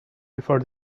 before